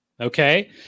Okay